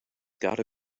gotta